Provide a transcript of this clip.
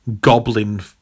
Goblin